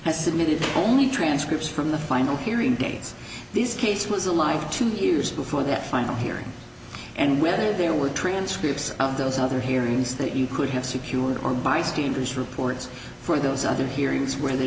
has submitted only transcripts from the final hearing dates this case was alive two years before that final hearing and whether there were transcripts of those other hearings that you could have secured or bystanders reports for those other hearings where the